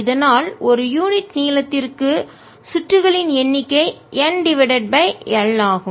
இதனால் ஒரு யூனிட் நீளத்திற்கு சுற்றுகளின் திருப்பங்களின் எண்ணிக்கை N டிவைடட் பை L ஆகும்